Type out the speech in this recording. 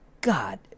God